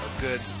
good